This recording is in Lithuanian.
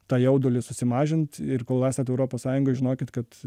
tą jaudulį susimažint ir kol esat europos sąjungoj žinokit kad